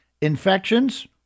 Infections